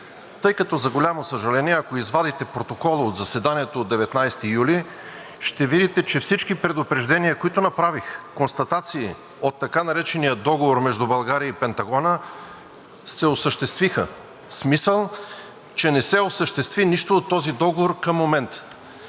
тъй като, за голямо съжаление, ако извадите протокола от заседанието от 19 юли, ще видите, че всички предупреждения, които направих, констатации от така наречения договор между България и Пентагона се осъществиха. В смисъл че не се осъществи нищо от този договор към момента.